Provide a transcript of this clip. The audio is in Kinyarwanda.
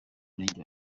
murenge